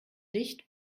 licht